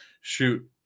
shoot